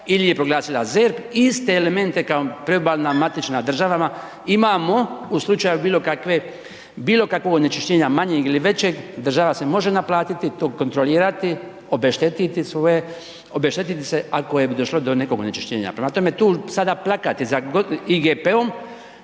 ili je proglasila ZERP, iste elemente kao priobalna matična državama imamo u slučaju bilo kakve, bilo kakvog onečišćenja manjeg ili većeg država se može naplatiti, to kontrolirati, obeštetiti svoje, obeštetiti se ako je došlo do nekog onečišćenja, prema tome tu sada plakati za IGP-om